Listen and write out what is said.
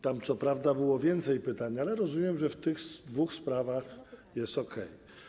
Tam, co prawda, było więcej pytań, ale rozumiem, że w tych dwóch sprawach jest okej.